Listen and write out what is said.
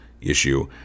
issue